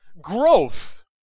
growth